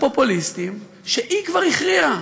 שהיא כבר הכריעה: